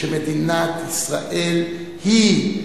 שמדינת ישראל היא,